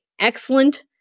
excellent